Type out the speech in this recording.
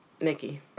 Nikki